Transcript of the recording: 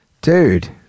Dude